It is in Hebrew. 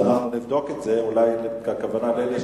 אנחנו נבדוק את זה, אולי הכוונה לאלה,